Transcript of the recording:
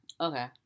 Okay